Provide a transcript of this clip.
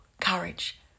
courage